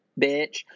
Bitch